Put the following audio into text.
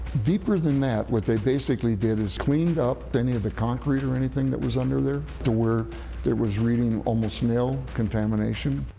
deeper than that, what they basically did is cleaned up any of the concrete or anything that was under there to where it was reading almost nil contamination.